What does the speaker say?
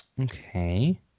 Okay